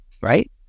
right